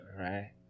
Right